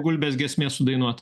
gulbės giesmės sudainuot